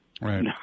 Right